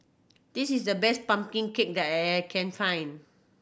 this is the best pumpkin cake that I can find